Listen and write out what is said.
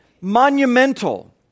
monumental